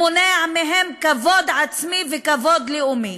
מונע מהם כבוד עצמי וכבוד לאומי,